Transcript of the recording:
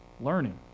learning